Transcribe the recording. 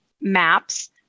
maps